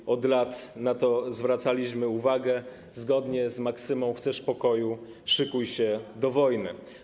Na to od lat zwracaliśmy uwagę zgodnie z maksymą: chcesz pokoju, szykuj się do wojny.